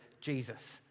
Jesus